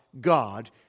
God